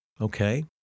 Okay